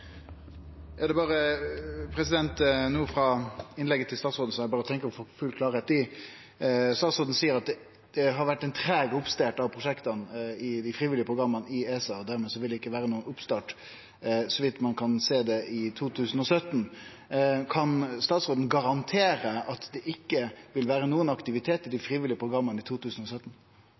statsråden eg berre tenkte å få full klarleik i: Statsråden seier at det har vore ein treig oppstart av prosjekta i dei frivillige programma i ESA, og dermed vil det ikkje vere nokon oppstart – så vidt ein kan sjå – i 2017. Kan statsråden garantere at det ikkje vil vere nokon aktivitet i dei frivillige programma i 2017?